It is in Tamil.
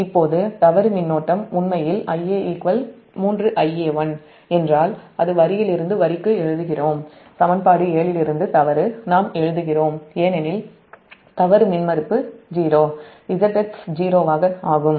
இப்போது தவறு மின்னோட்டம் உண்மையில் Ia 3Ia1 என்றால் அது வரியிலிருந்து வரிக்கு சமன்பாடு 7 இலிருந்து தவறு நாம் எழுதுகிறோம் ஏனெனில் தவறு மின்மறுப்பு Zf 0 ஆகும்